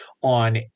on